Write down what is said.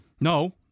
No